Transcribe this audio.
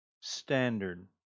standard